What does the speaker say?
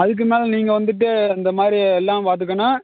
அதுக்கு மேலே நீங்கள் வந்துட்டு இந்த மாதிரி எல்லாம் பார்த்துக்கணும்